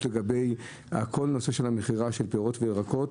לגבי כל נושא המכירה של פירות וירקות,